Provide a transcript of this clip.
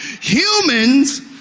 Humans